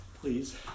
Please